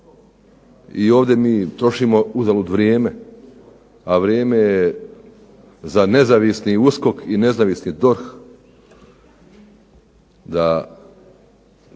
I ovdje mi trošimo uzalud vrijeme, a vrijeme je za nezavisni USKOK i nezavisni DORH da